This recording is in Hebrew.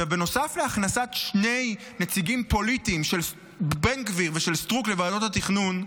נוסף להכנסת שני נציגים פוליטיים של בן גביר ושל סטרוק לוועדות התכנון,